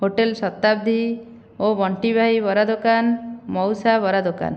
hotel Shatabdi ଓ ବଣ୍ଟି ଭାଇ ବରା ଦୋକାନ ମଉସା ବରା ଦୋକାନ